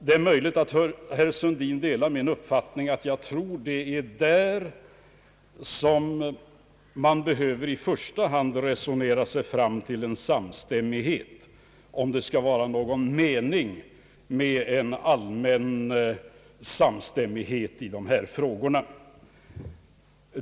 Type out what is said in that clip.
Det är möjligt att herr Sundin delar min uppfattning, att det i första hand är där som man behöver resonera sig fram till en samstämmighet, om det skall vara någon mening med en allmän samstämmighet i de här frågorna.